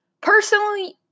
Personally